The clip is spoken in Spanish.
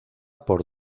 por